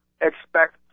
Expect